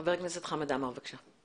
חבר הכנסת חמד עמאר, בבקשה.